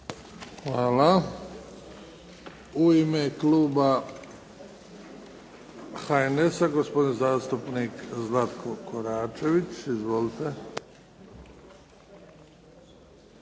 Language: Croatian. Hvala. U ime kluba HNS-a gospodin zastupnik Zlatko Koračević. Izvolite.